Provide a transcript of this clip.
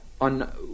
on